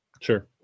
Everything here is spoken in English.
Sure